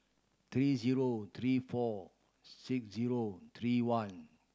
three zero three four six zero three one